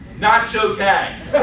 nacho tags.